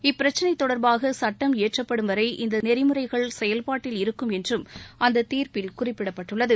இப்பிரச்சினை தொடர்பாக சுட்டம் இயற்றப்படும் வரை இந்த நெறிமுறைகள் செயல்பாட்டில் இருக்கும் என்றும் அந்த தீர்ப்பில் குறிப்பிடப்பட்டுள்ளது